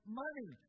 money